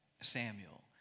Samuel